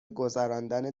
گذراندن